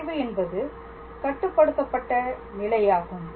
வளைவு என்பது கட்டுப்படுத்தப்பட்ட நிலையாகும்